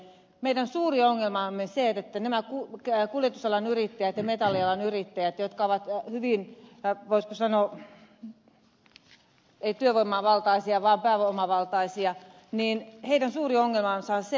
meidän suuri ongelmamme on se että näiden kuljetusalan yrittäjien ja metallialan yrittäjien jotka ovat hyvin voi sanoa eivät työvoimavaltaisia vaan pääomavaltaisia suuri ongelma on se että heillä ei ole työtä